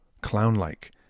clown-like